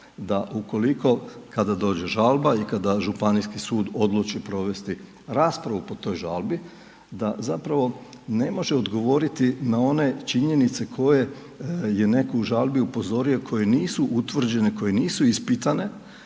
da ukoliko dođe žalba i kada županijski sud odluči provesti raspravu po toj žalbi, da zapravo, ne može odgovoriti na one činjenice, koje je je netko u žalbi upozorio, koje nisu utvrđene, koje nisu ispitane